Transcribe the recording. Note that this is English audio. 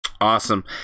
Awesome